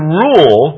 rule